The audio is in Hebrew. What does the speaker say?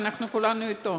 ואנחנו כולנו אתו.